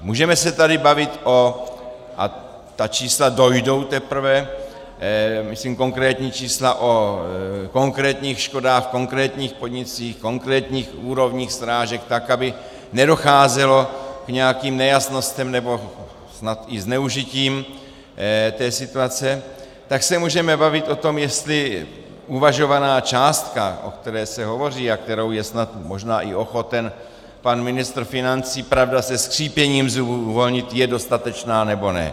Můžeme se tady bavit a ta čísla dojdou teprve, myslím konkrétní čísla o konkrétních škodách, konkrétních podnicích, konkrétních úrovních srážek, tak aby nedocházelo k nějakým nejasnostem nebo snad i zneužitím té situace, tak se můžeme bavit o tom, jestli uvažovaná částka, o které se hovoří a kterou je snad možná i ochoten pan ministr financí, pravda, se skřípěním zubů uvolnit, je dostatečná, nebo ne.